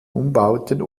umbauten